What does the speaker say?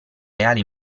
reale